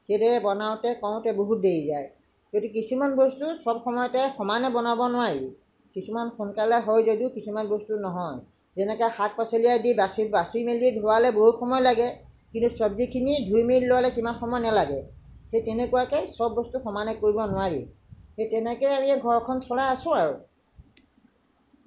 সেইদৰে বনাওতে থওঁতে বহুত দেৰি যায় গতিকে কিছুমান বস্তু চব সময়তে সমানে বনাব নোৱাৰি কিছুমান সোনকালে হয় যদিও কিছুমান বস্তু নহয় যেনেকে শাক পাচলি আদি বাছি মেলি ধোৱালে বহুত সময় লাগে কিন্তু চব্জিখিনি ধুই মেলি লোৱালে সিমান সময় নেলাগে ঠিক তেনেকুৱাকে চব বস্তু সমানে কৰিব নোৱাৰি সেই তেনেকেই ঘৰখন চলাই আছোঁ আৰু